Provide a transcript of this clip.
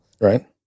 Right